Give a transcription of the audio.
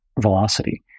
velocity